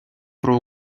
про